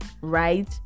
right